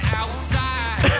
outside